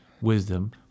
wisdom